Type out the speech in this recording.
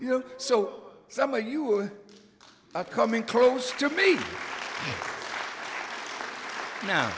you know so somewhere you are coming close to me no